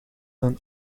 een